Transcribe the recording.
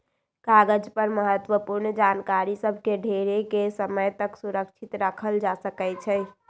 कागज पर महत्वपूर्ण जानकारि सभ के ढेरेके समय तक सुरक्षित राखल जा सकै छइ